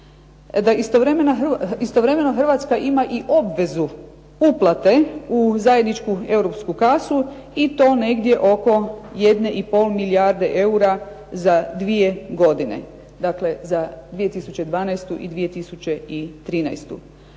istovremeno Hrvatska ima i obvezu uplate u zajedničku europsku kasu i to negdje oko 1 i pol milijarde eura za dvije godine. Dakle, za 2012. i 2013.